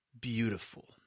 beautiful